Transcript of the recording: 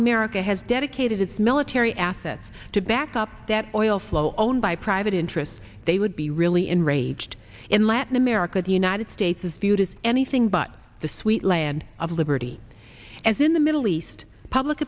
america has dedicated its military assets to back up that oil flow owned by private interests they would be really enraged in latin america the united states is viewed as anything but the sweet land of liberty as in the middle east public